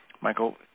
michael